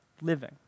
living